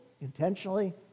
intentionally